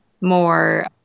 more